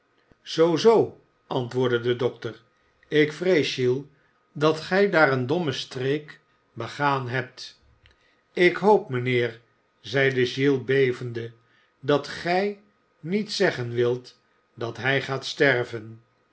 zoo zoo antwoordde de dokter ik vrees giles dat gij daar een dommen streek begaan hebt ik hoop mijnheer zeide giles bevende dat gij niet zeggen wilt dat hij gaat sterven